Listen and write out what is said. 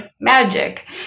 magic